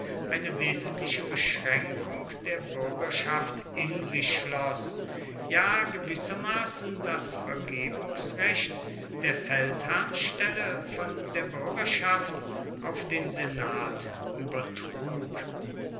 eine wesentliche beschränkung der bürgerschaft in sich schloß ja gewissermaßen das vergebungsrecht der feldherrnstellen von der bürgerschaft auf den senat übertrug